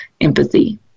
empathy